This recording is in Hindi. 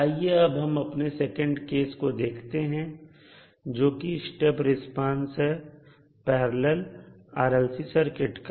आइए अब हम अपने सेकंड केस को देखते हैं जो कि स्टेप रिस्पांस है पैरलल RLC सर्किट का